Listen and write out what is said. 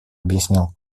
объяснил